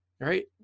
right